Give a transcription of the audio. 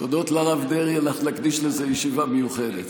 תודות לרב דרעי, אנחנו נקדיש לזה ישיבה מיוחדת.